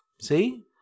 see